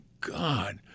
God